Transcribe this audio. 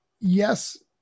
yes